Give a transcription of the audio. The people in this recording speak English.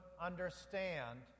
understand